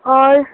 اور